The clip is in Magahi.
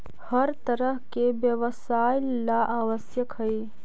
हर तरह के व्यवसाय ला आवश्यक हई